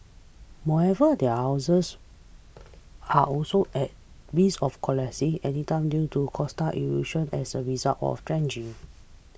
more ever their houses are also at risk of collapsing anytime due to coastal erosion as a result of dredging